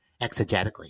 exegetically